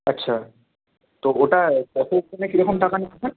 আচ্ছা তো ওটা কতো ওজনে কী রকম টাকা নিচ্ছেন